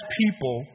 people